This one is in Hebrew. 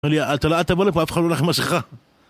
אומר לי אל תבוא לפה אף אחד לא הולך עם מסכה